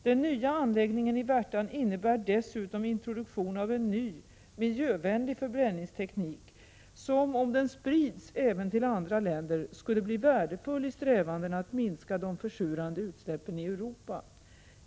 Den nya anläggningen i Värtan innebär dessutom introduktion av en ny miljövänlig förbränningsteknik som, om den sprids även till andra länder, skulle bli värdefull i strävandena att minska de försurande utsläppen i Europa.